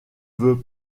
veut